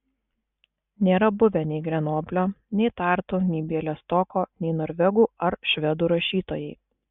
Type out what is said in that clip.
nėra buvę nei grenoblio nei tartu nei bialystoko nei norvegų ar švedų rašytojai